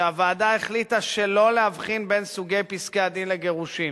שהוועדה החליטה שלא להבחין בין סוגי פסקי-הדין לגירושין,